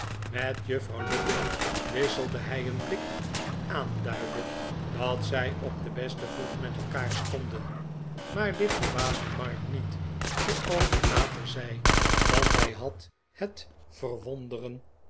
met juffrouw lupin wisselde hij een blik die aanduidde dat zij op den besten voet met elkaar stonden maar dit verbaasde mark niet zooals hij later zei want hij had net